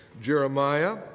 Jeremiah